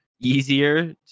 easier